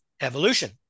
Evolution